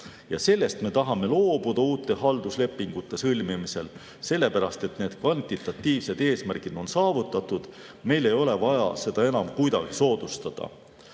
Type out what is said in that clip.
on. Sellest me tahame loobuda uute halduslepingute sõlmimisel, sest need kvantitatiivsed eesmärgid on saavutatud, meil ei ole vaja seda enam kuidagi soodustada.